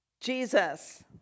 Jesus